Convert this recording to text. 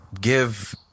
give